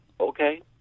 okay